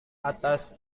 atas